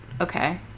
Okay